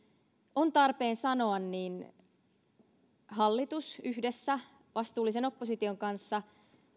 on tarpeen sanoa hallitus yhdessä vastuullisen opposition kanssa